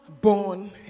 born